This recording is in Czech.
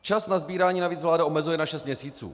Čas na sbírání navíc vláda omezuje na šest měsíců.